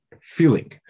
feeling